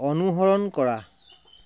অনুসৰণ কৰা